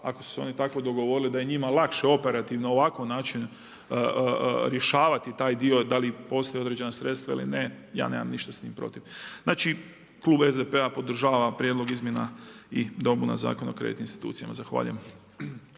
ako su se oni tako dogovorili da je njima lakše operativno ovakav način rješavati taj dio. Da li postoji postoje određena sredstva ili ne, ja nemam ništa s tim protiv. Znači klub SDP-a podržava prijedlog izmjena i dopuna Zakona o kreditnim institucijama. Zahvaljujem.